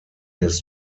his